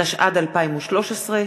התשע"ד 2013,